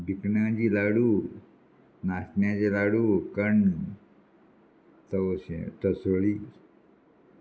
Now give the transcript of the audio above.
भिकणांची लाडू नाशण्याचे लाडू कण तवशे तसोळी